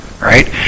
right